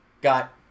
got